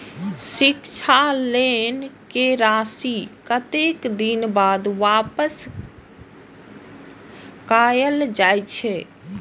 शिक्षा लोन के राशी कतेक दिन बाद वापस कायल जाय छै?